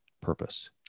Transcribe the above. purpose